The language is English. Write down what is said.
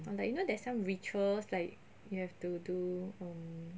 or like you know there's some rituals like you have to do on